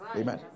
amen